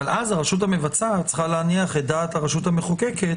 אבל אז הרשות המבצעת צריכה להניח את דעת הרשות המחוקקת